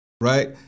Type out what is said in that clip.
right